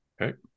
Okay